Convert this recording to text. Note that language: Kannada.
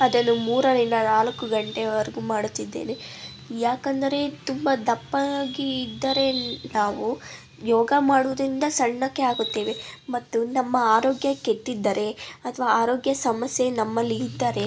ಅದನ್ನು ಮೂರರಿಂದ ನಾಲ್ಕು ಗಂಟೆಯವರೆಗೂ ಮಾಡುತ್ತಿದ್ದೇನೆ ಯಾಕಂದರೆ ತುಂಬ ದಪ್ಪ ಆಗಿ ಇದ್ದರೆ ನಾವು ಯೋಗ ಮಾಡೋದ್ರಿಂದ ಸಣ್ಣಕ್ಕೆ ಆಗುತ್ತೇವೆ ಮತ್ತು ನಮ್ಮ ಅರೋಗ್ಯ ಕೆಟ್ಟಿದ್ದರೆ ಅಥವಾ ಆರೋಗ್ಯ ಸಮಸ್ಯೆ ನಮ್ಮಲ್ಲಿ ಇದ್ದರೆ